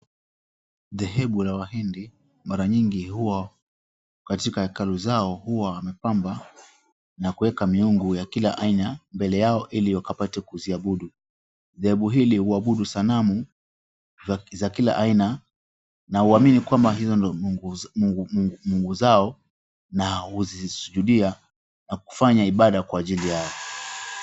Dhehebu la Wahindi, mara nyingi huwa katika hekalu zao, huwa wamepamba na kueka miungu ya kila aina mbele yao ili wakapate kuziabudu. Dhehebu hili huabudu sanamu za kila aina na huamini kwamba hizo ndo mungu zao, na huzisujudia na kufanya ibada kwa ajili yao.